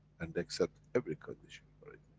and they accept every condition for it.